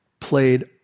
played